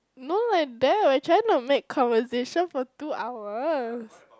no like that we are trying to make conversation for two hours